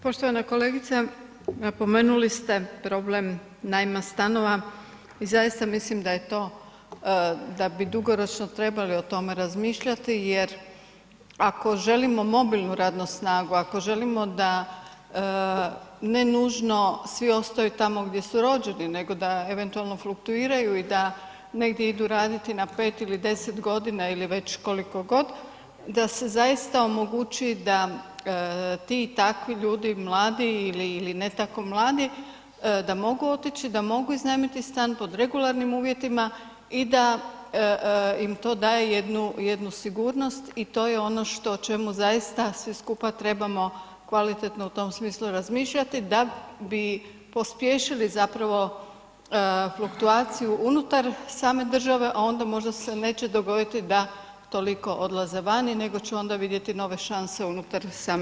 Poštovana kolegice, napomenuli ste problem najma stanova i zaista mislim da je to da bi dugoročno trebali o tome razmišljati jer ako želimo mobilnu radnu snagu, ako želimo da ne nužno svi ostaju tamo gdje su rođeni nego da eventualno fluktuiraju i da negdje idu raditi na 5 ili 10 g. ili već koliko god, da se zaista omogući da ti i takvi ljudi, mladi ili ne tako mladi, da mogu otići, da mogu iznajmiti stan pod regularnim uvjetima i da im to daje jednu sigurnost i to je ono što čemu zaista svi skupa trebamo kvalitetno u tom smislu razmišljati da bi pospješili zapravo fluktuaciju unutar same države a onda možda se neće dogoditi da toliko odlaze van nego će onda vidjeti nove šanse unutar same države.